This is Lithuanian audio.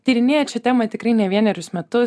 tyrinėjat šią temą tikrai ne vienerius metus